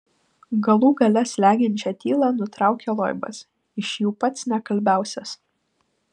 galų gale slegiančią tylą nutraukė loibas iš jų pats nekalbiausias